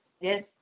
Yes